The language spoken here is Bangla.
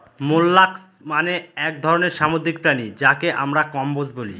মোল্লাসকস মানে এক ধরনের সামুদ্রিক প্রাণী যাকে আমরা কম্বোজ বলি